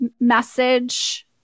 message